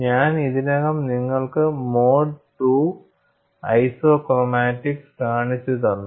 ഞാൻ ഇതിനകം നിങ്ങൾക്ക് മോഡ് II ഐസോക്രോമാറ്റിക്സ് കാണിച്ചു തന്നു